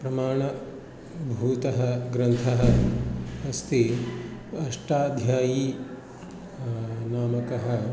प्रमाणभूतः ग्रन्थः अस्ति अष्टाध्यायी नामकः